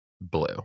Blue